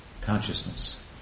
consciousness